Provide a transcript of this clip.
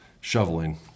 shoveling